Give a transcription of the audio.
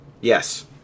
Yes